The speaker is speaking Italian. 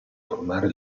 formare